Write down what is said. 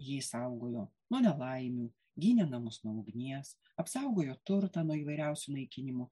jį saugojo nuo nelaimių gynė namus nuo ugnies apsaugojo turtą nuo įvairiausių naikinimų